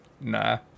nah